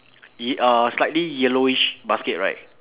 ye~ uh slightly yellowish basket right